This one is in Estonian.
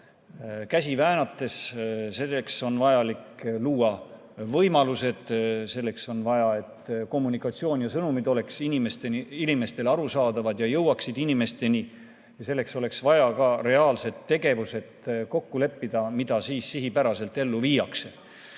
käsi väänates. Selleks on vajalik luua võimalused. Selleks on vaja, et kommunikatsioon ja sõnumid oleksid inimestele arusaadavad ja jõuaksid inimesteni. Ja selleks oleks vaja ka reaalsed tegevused kokku leppida, mida siis sihipäraselt ellu viiakse.